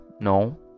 no